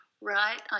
right